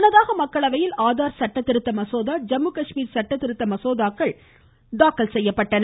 முன்னதாக மக்களவையில் ஆதார் சட்ட திருத்த மசோதா ஜம்மு காஷ்மீர சட்ட திருத்த மசோதாக்கள் மக்களவையில் தாக்கல் செய்யப்பட்டுள்ளன